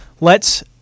lets